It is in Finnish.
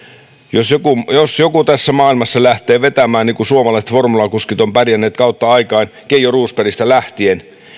jos joku jos joku tässä maailmassa lähtee vetämään niin kuin suomalaiset formulakuskit ovat pärjänneet kautta aikain keijo rosbergista lähtien